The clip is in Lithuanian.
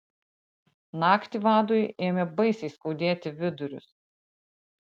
naktį vadui ėmė baisiai skaudėti vidurius